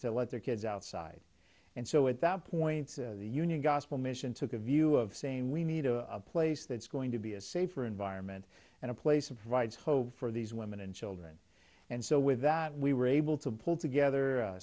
to let their kids outside and so at that point the union gospel mission took a view of saying we need a place that's going to be a safer environment and a place of rights hope for these women and children and so with that we were able to pull together